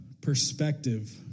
perspective